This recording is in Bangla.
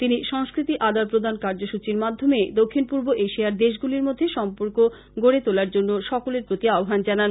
তিনি সাংস্কৃতি আদান প্রদান কার্য্যসূচীর মাধ্যমে দক্ষিন পূর্ব এশিয়ার দেশগুলির মধ্যে সম্পর্কে গড়ে তোলার জন্য সকলের প্রতি আহবান জানান